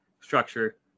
structure